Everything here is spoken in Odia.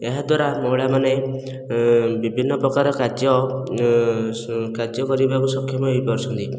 ଏହା ଦ୍ବାରା ମହିଳାମାନେ ଵିଭିନ୍ନ ପ୍ରକାର କାର୍ଯ୍ୟ କାର୍ଯ୍ୟ କରିବାକୁ ସକ୍ଷମ ହୋଇପାରୁଛନ୍ତି